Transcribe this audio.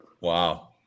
wow